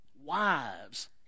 Wives